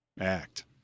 act